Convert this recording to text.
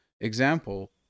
example